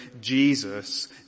Jesus